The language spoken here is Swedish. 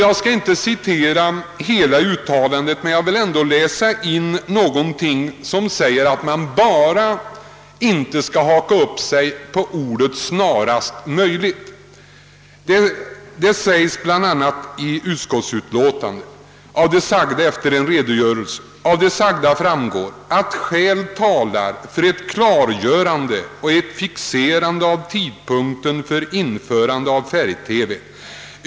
Jag skall inte citera allt vad utskottet uttalat i detta sammanhang, men jag vill återge en del som visar att man inte bara bör haka upp sig på uttrycket »snarast möjligt». I utlåtandet sägs efter en redogörelse för frågan bl.a. följande: »Av det sagda framgår att skäl talar för ett klarläggande och ett fixerande av tidpunkten för införande av färg-TV.